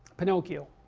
pinocchio,